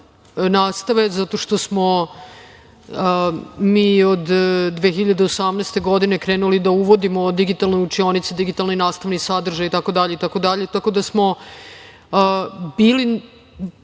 nastave, zato što smo od 2018. godine krenuli da uvodimo digitalne učionice, digitalni i nastavni sadržaj itd. Tako da, bili